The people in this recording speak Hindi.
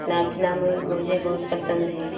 नाचना में मुझे बहुत पसंद है